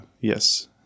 yes